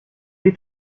est